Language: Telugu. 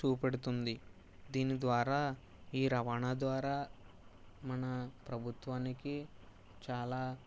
చూపెడుతుంది దీని ద్వారా ఈ రవాణా ద్వారా మన ప్రభుత్వానికి చాలా